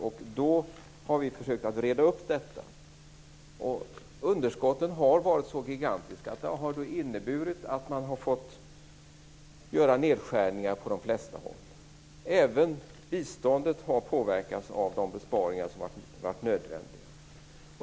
Vi har försökt att reda upp detta, och underskotten har varit så gigantiska att vi har fått göra nedskärningar på de flesta håll. Även biståndet har påverkats av de besparingar som har varit nödvändiga.